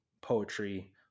poetry